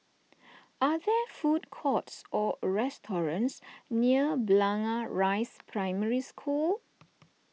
are there food courts or restaurants near Blangah Rise Primary School